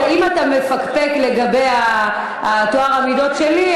אם אתה מפקפק בטוהר המידות שלי,